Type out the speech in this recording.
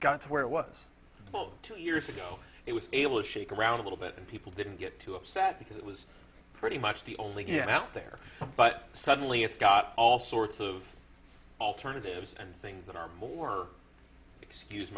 got to where it was about two years ago it was able to shake around a little bit and people didn't get too upset because it was pretty much the only get out there but suddenly it's got all sorts of alternatives and things that are more excuse